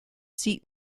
seat